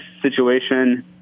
situation